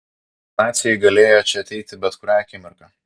naciai galėjo čia ateiti bet kurią akimirką